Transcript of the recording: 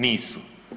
Nisu.